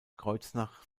kreuznach